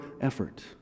effort